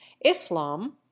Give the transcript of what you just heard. islam